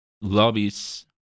lobbies